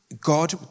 God